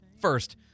First